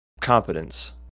competence